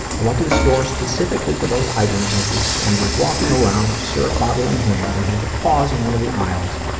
i went to the store specifically for those items and was walking around, syrup bottle in hand and had to pause in one of the aisles,